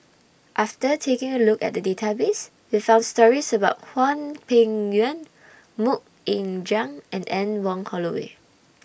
after taking A Look At The Database We found stories about Hwang Peng Yuan Mok Ying Jang and Anne Wong Holloway